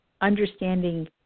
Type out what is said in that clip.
understanding